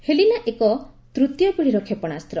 ହେଲିନା ଏକ ତୃତୀୟ ପିଢ଼ିର କ୍ଷେପଶାସ୍ତ୍ର